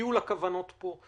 לכיול הכוונות פה,